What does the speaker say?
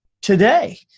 today